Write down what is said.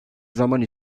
zaman